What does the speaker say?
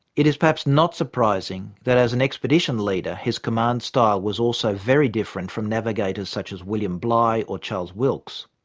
it is perhaps not surprising that as an expedition leader his command style was also very different from navigators such as william bligh or charles wilkes.